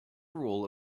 rule